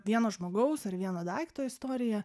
vieno žmogaus ar vieno daikto istoriją